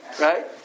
right